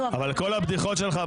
אבל כל הבדיחות שלך,